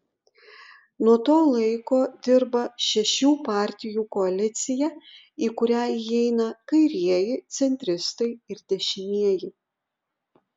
nuo to laiko dirba šešių partijų koalicija į kurią įeina kairieji centristai ir dešinieji